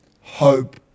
hope